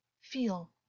feel